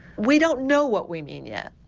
we don't know what we mean yet.